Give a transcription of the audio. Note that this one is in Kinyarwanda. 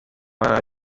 barara